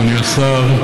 אדוני השר,